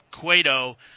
Cueto